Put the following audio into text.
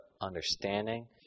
understanding